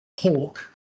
hawk